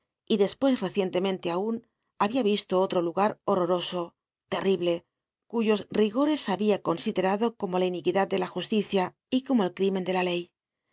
y despues recientemente aun habia visto otro lugar horroroso terrible cuyos rigores habia considerado como la iniquidad de la justicia y como el crimen de la ley